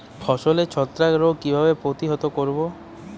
ফসলের ছত্রাক রোগ কিভাবে প্রতিহত করব?